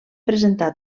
presentar